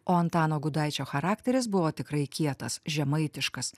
o antano gudaičio charakteris buvo tikrai kietas žemaitiškas